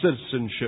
citizenship